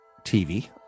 TV